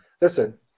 listen